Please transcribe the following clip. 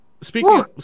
Speaking